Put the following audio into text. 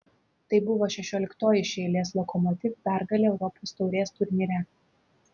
tai buvo šešioliktoji iš eilės lokomotiv pergalė europos taurės turnyre